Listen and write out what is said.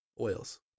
oils